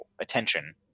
attention